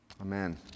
Amen